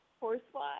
Horsefly